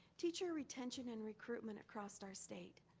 teacher retention and recruitment across our state.